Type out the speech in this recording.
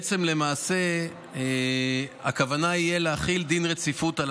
למעשה הכוונה תהיה להחיל דין רציפות על